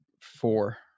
Four